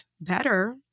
better